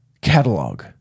catalog